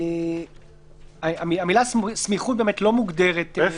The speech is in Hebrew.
המילה סמיכות באמת לא מוגדרת.